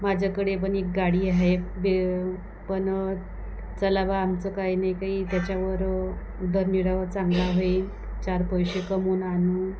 माझ्याकडे पण एक गाडी आहे बे पण चालावा आमचं काय नाही काही त्याच्यावर उदरनिर्वाह चांगला होईल चार पैसे कमावून आणू